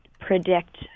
predict